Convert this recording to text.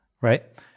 right